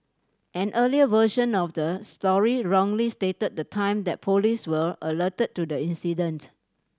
an earlier version of the story wrongly stated the time that police were alerted to the incident